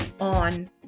on